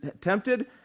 tempted